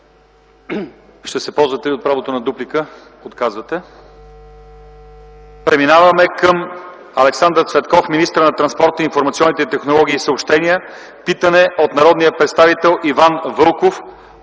министър, от правото за дуплика? Отказвате се. Преминаваме към Александър Цветков – министър на транспорта, информационните технологии и съобщенията. Питане от народния представител Иван Вълков